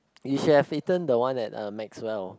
you should have eaten the one at uh Maxwell